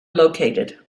located